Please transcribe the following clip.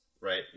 right